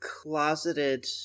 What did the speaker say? closeted